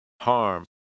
harm